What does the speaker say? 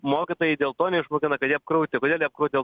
mokytojai dėl to neišmokina kad jie apkrauti kodėl jie apkrauti dėl